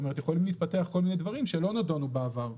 יכולים להתפתח כל מיני דברים שלא נדונו בעבר.